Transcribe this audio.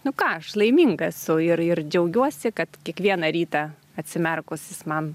nu ką aš laiminga esu ir ir džiaugiuosi kad kiekvieną rytą atsimerkus jis man